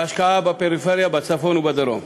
בהשקעה בפריפריה בצפון ובדרום.